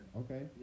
okay